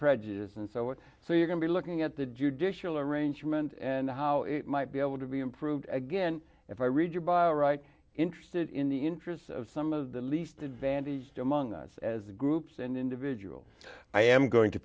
prejudice and so what so you can be looking at the judicial arrangement and how it might be able to be improved again if i read your bio right interested in the interests of some of the least advantaged among us as the groups and individuals i am going to